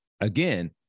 again